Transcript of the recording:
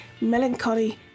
Melancholy